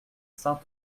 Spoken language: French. saint